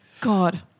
God